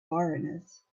foreigners